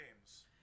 games